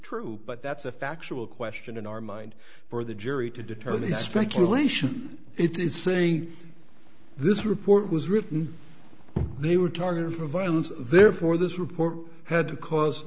true but that's a factual question in our mind for the jury to determine the speculation it is saying this report was written they were targeted for violence therefore this report had a cause